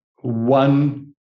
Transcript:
one